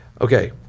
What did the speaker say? Okay